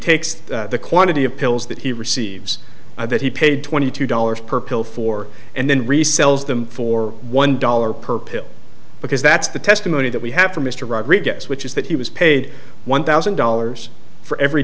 takes the quantity of pills that he receives that he paid twenty two dollars per pill for and then resells them for one dollar per pill because that's the testimony that we have from mr rodriguez which is that he was paid one thousand dollars for every